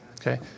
Okay